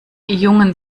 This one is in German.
jungen